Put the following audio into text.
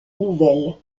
nouvelles